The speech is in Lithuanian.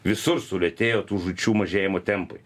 visur sulėtėjo tų žūčių mažėjimo tempai